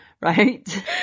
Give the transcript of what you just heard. Right